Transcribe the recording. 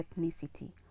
ethnicity